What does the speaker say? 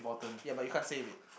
yeah but you can't save it